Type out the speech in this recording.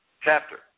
chapter